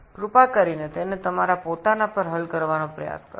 এটি নিজে থেকে সমাধান করার চেষ্টা করুন